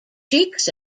cheeks